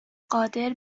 قادر